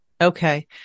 okay